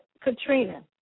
Katrina